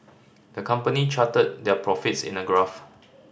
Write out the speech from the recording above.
the company charted their profits in a graph